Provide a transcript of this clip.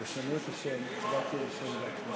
הנושא לוועדת הכלכלה